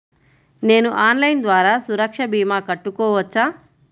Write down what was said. నేను ఆన్లైన్ ద్వారా సురక్ష భీమా కట్టుకోవచ్చా?